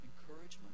encouragement